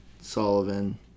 Sullivan